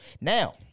Now